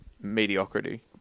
mediocrity